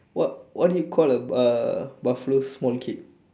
what what do you call a a buffalo's small kid